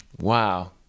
wow